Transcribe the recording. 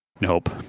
Nope